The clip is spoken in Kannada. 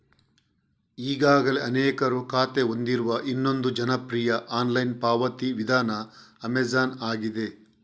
ಈಗಾಗಲೇ ಅನೇಕರು ಖಾತೆ ಹೊಂದಿರುವ ಇನ್ನೊಂದು ಜನಪ್ರಿಯ ಆನ್ಲೈನ್ ಪಾವತಿ ವಿಧಾನ ಅಮೆಜಾನ್ ಆಗಿದೆ